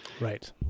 Right